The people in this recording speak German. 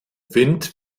wind